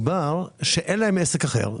שאין להם עסק אחר,